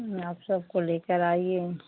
आप सबको लेकर आइए